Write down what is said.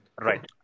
Right